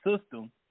system